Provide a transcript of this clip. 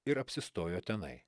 ir apsistojo tenai